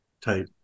type